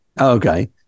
okay